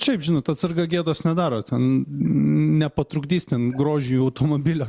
šiaip žinot atsarga gėdos nedaro ten nepatrukdys ten grožiui automobilio